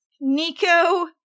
Nico